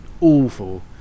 awful